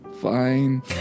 Fine